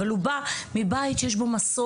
אבל הוא בא מבית שיש בו מסורת.